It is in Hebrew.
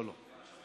לא.